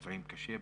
פצועים קשה,